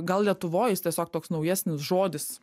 gal lietuvoj jis tiesiog toks naujesnis žodis